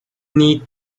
need